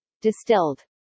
distilled